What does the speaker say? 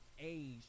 age